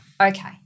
okay